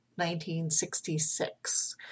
1966